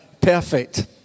perfect